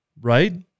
Right